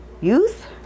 youth